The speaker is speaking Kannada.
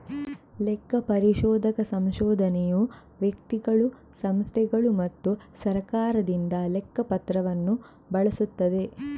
ಲೆಕ್ಕ ಪರಿಶೋಧಕ ಸಂಶೋಧನೆಯು ವ್ಯಕ್ತಿಗಳು, ಸಂಸ್ಥೆಗಳು ಮತ್ತು ಸರ್ಕಾರದಿಂದ ಲೆಕ್ಕ ಪತ್ರವನ್ನು ಬಳಸುತ್ತದೆ